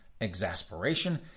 exasperation